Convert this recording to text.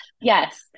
Yes